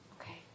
Okay